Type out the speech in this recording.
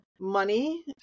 money